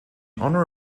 honor